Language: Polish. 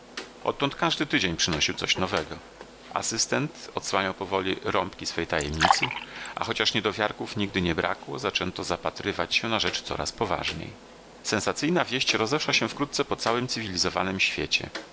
odtąd każdy tydzień przynosił coś nowego asystent odsłaniał powoli rąbki swej tajemnicy a chociaż niedowiarków nigdy nie brakło zaczęto zapatrywać się na rzecz coraz poważniej sensacyjna wieść rozeszła się wkrótce po całym cywilizowanym świecie